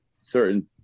certain